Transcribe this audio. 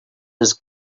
his